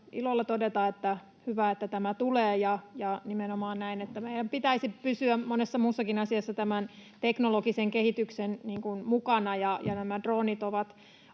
ilolla todeta, että hyvä, että tämä tulee, ja nimenomaan näin, että meidän pitäisi pysyä monessa muussakin asiassa tämän teknologisen kehityksen mukana. Nämä droonit ovat